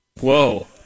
Whoa